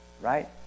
right